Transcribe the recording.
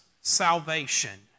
salvation